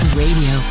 radio